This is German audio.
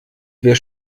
wer